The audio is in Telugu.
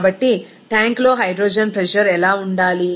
కాబట్టి ట్యాంక్లో హైడ్రోజన్ ప్రెజర్ ఎలా ఉండాలి